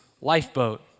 lifeboat